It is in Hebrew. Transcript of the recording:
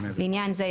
לעניין זה,